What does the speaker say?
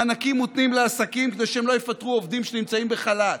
מענקים מותנים לעסקים כדי שהם לא יפטרו עובדים שנמצאים בחל"ת.